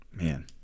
Man